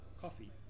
coffee